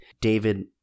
david